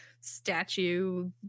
statue